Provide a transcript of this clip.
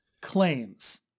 claims